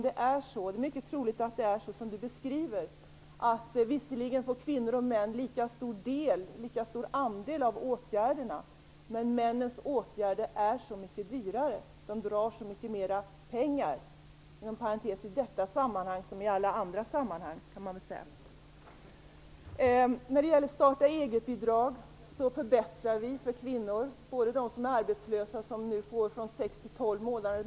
Det är mycket troligt att det är så som Ingrid Burman beskriver, att män och kvinnor visserligen får lika stor andel av åtgärderna men att männens åtgärder är mycket dyrare och drar mycket mer pengar - i detta sammanhang som i så många andra sammanhang. När det gäller starta-eget-bidrag förbättrar vi för kvinnor, både för dem som är arbetslösa och för dem som nu får möjlighet under 6-12 månader.